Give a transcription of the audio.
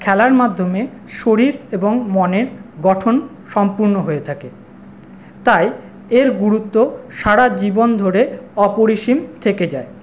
খেলার মাধ্যমে শরীর এবং মনের গঠন সম্পূর্ণ হয়ে থাকে তাই এর গুরুত্ব সারা জীবন ধরে অপরিসীম থেকে যায়